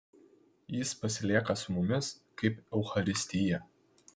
jis pasilieka su mumis kaip eucharistija